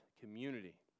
community